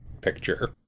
picture